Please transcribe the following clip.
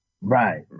Right